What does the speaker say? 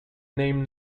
name